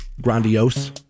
grandiose